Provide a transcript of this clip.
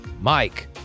Mike